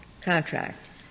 contract